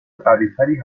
قویتری